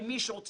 כאן,